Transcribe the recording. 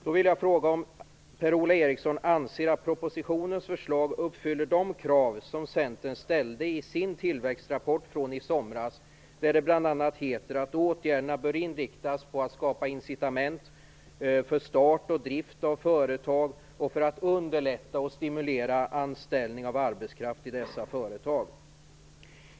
Jag vill då fråga om Per-Ola Eriksson anser att propositionens förslag uppfyller de krav som Centern ställde i sin tillväxtrapport i somras, där det bl.a. heter att åtgärderna bör inriktas på att skapa incitament för start och drift av företag och på att utveckla och stimulera anställning av arbetskraft i dessa företag.